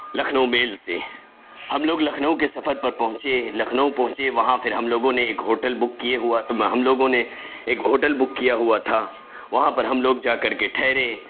Lucknow mail سے ہم لوگ لکھنؤ کے سفر پر پہنچے لکھنؤ پہنچے وہاں پھر ہم لوگوں نے ایک ہوٹل بک کیے ہوا ہم لوگوں نے ایک ہوٹل بک کیا ہوا تھا وہاں پر ہم لوگ جا کر کے ٹھہرے